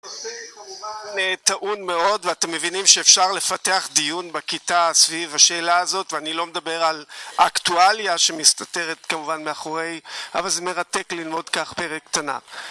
נושא כמובן טעון מאוד, ואתם מבינים שאפשר לפתח דיון בכיתה סביב השאלה הזאת, ואני לא מדבר על האקטואליה שמסתתרת כמובן מאחורי, אבל זה מרתק ללמוד כך פרק קטנה